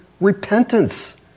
repentance